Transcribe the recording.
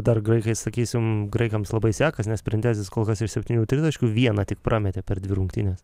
dar graikai sakysim graikams labai sekasi nes printezis kol kas iš septynių tritaškių vieną tik prametė per dvi rungtynes